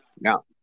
no